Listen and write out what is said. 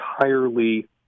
entirely